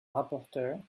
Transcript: rapporteur